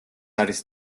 არის